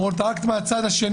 אמרו לנו אתם יכולים רק מהצד השני.